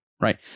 right